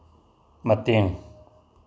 ꯃꯇꯦꯡ